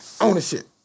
Ownership